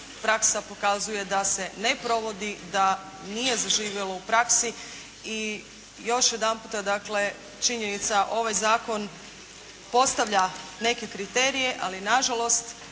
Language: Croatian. praksa pokazuje da se ne provodi, da nije zaživjelo u praksi. I još jedan put dakle činjenica. Ovaj zakon postavlja neke kriterije ali nažalost